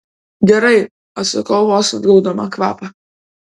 gerai atsakau vos atgaudama kvapą